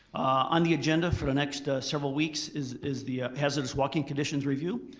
on the agenda for the next several weeks is is the hazardous walking conditions review.